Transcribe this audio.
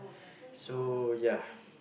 so ya